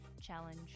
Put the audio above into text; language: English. challenge